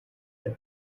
that